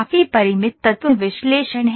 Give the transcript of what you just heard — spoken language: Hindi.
FEA परिमित तत्व विश्लेषण है